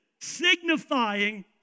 signifying